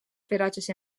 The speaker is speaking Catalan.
ferotges